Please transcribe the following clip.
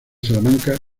salamanca